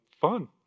fun